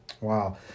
Wow